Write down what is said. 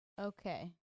Okay